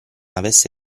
avesse